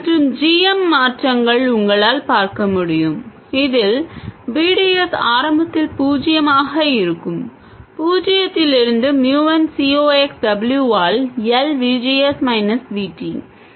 மற்றும் g m மாற்றங்கள் உங்களால் பார்க்க முடியும் இதில் V D S ஆரம்பத்தில் பூஜ்ஜியமாக இருக்கும் பூஜ்ஜியத்திலிருந்து mu n C ox W ஆல் L V G S minus V T